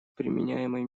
применяемой